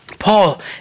Paul